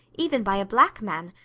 even by a black man.